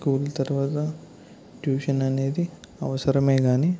school తర్వాత tuition అనేది అవసరమే కానీ